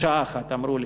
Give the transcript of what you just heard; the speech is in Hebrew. שעה אחת, אמרו לי.